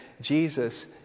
Jesus